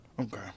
okay